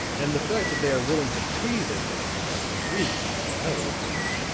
and the fact that they are willing to pay their nickels and dimes is, to my way of thinking,